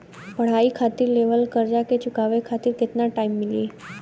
पढ़ाई खातिर लेवल कर्जा के चुकावे खातिर केतना टाइम मिली?